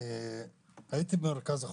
מוסדות הממשלה.